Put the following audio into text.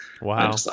Wow